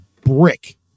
brick